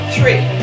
Three